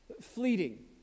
fleeting